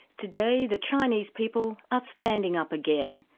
today the chinese people are standing up again,